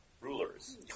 rulers